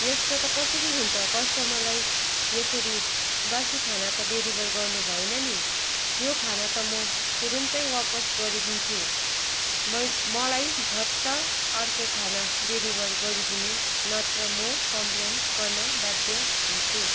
यस्तो त कसरी हुन्छ कस्टमरलाई यसरी बासी खाना त डेलिभर गर्नु भएन नि यो खाना त म तुरुन्तै वापस गरिदिन्छु मै मलाई झट्ट अर्को खाना डेलिभर गरिदिनु नत्र मो कम्प्लेन गर्न बाध्य हुन्छु